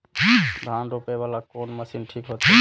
धान रोपे वाला कोन मशीन ठीक होते?